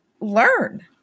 learn